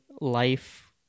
life